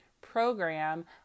program